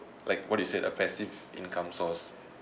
like what you said a passive income source